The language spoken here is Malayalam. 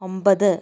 ഒൻപത്